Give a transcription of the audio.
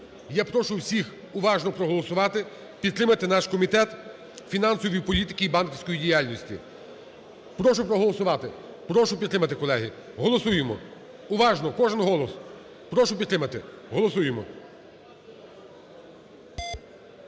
Я прошу всіх уважно проголосувати, підтримати наш Комітет фінансової політики і банківської діяльності. Прошу проголосувати. Прошу підтримати, колеги. Голосуємо. Уважно! Кожен голос. Прошу підтримати. Голосуємо.